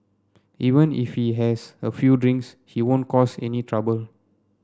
even if he has a few drinks he won't cause any trouble